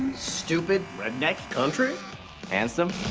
stupid redneck country handsome